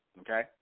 Okay